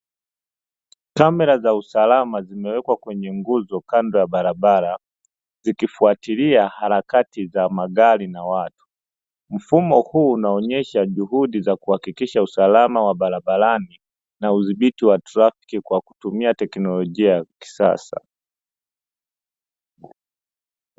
Kamera za usalama zimewekwa kenye nguzo kando ya barabara zikifuatilia harakati za magari na watu. Mfumo huu unaonyesha juhudi za kuhakikisha usalama wa barabarani na udhibiti wa trafki kwa kutumia teknolojia ya kisasa.